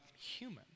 human